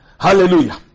Hallelujah